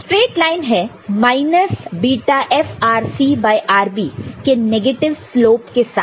straight line है minus βFRC by RB के negative slope के साथ